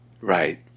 Right